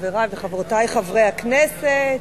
חברי וחברותי חברי הכנסת,